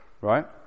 Right